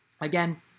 Again